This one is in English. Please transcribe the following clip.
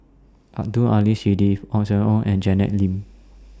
Abdul Aleem Siddique Ong Siang Ong and Janet Lim